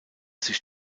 sich